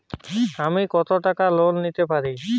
আমি কত টাকা লোন পেতে পারি?